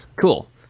Cool